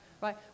Right